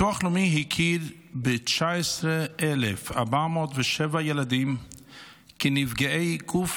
ביטוח לאומי הכיר ב-19,407 ילדים כנפגעי גוף